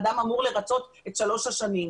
אדם אמור לרצות את שלוש השנים,